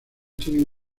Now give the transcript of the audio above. tienen